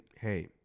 hey